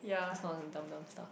those kind of dumb dumb stuff